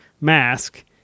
mask